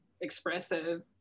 expressive